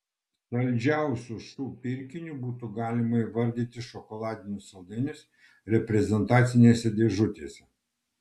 saldžiausiu šu pirkiniu būtų galima įvardyti šokoladinius saldainius reprezentacinėse dėžutėse